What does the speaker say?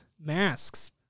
Masks